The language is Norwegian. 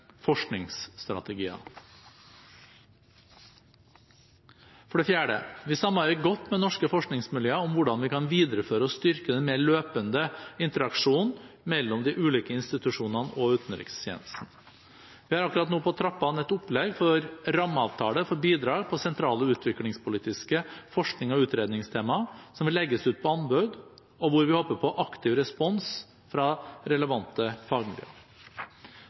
For det fjerde: Vi samarbeider godt med norske forskningsmiljøer om hvordan vi kan videreføre og styrke den mer løpende interaksjonen mellom de ulike institusjonene og utenrikstjenesten. Vi har akkurat nå på trappene et opplegg for rammeavtale for bidrag på sentrale utviklingspolitiske forsknings- og utredningstemaer som vil legges ut på anbud, og hvor vi håper på aktiv respons fra relevante